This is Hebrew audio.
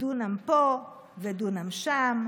// דונם פה ודונם שם,